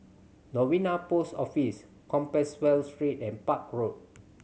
Novena Post Office Compassvale Street and Park Road